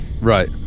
Right